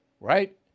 Right